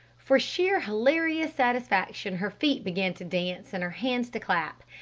for sheer hilarious satisfaction her feet began to dance and her hands to clap.